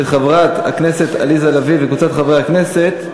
של חברת הכנסת עליזה לביא וקבוצת חברי הכנסת.